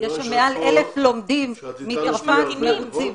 ויש שם מעל 1,000 לומדים מצרפת, מרוצים.